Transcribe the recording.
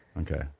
Okay